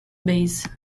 base